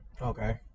okay